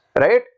right